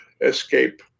escape